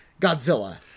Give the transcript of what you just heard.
Godzilla